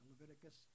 Leviticus